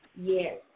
Yes